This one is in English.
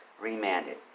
remanded